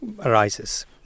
arises